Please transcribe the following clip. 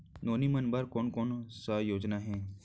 नोनी मन बर कोन कोन स योजना हे?